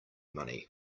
money